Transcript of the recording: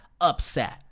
upset